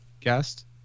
guest